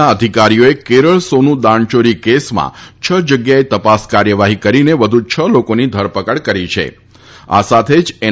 ના અધિકારીઓએ કેરળ સોનુ દાણચોરી કેસમાં છ જગ્યાએ તપાસ કાર્યવાહી કરીને વધુ છ લોકોની ધરપકડ કરી છી આ સાથે જ એન